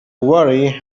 worry